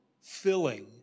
filling